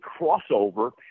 crossover